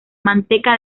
manteca